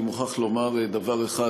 אני מוכרח לומר דבר אחד,